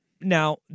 now